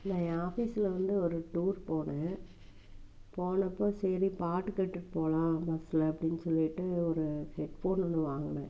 நான் ஏன் ஆஃபீஸ்ல வந்து ஒரு டூர் போனேன் போனப்போ சரி பாட்டு கேட்டுட்டு போகலாம் பஸ்ல அப்படின்னு சொல்லிட்டு ஒரு ஹெட் ஃபோன் ஒன்று வாங்கினேன்